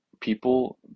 people